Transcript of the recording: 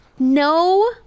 No